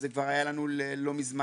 וזה כבר היה לנו לא מזמן.